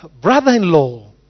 brother-in-law